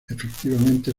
efectivamente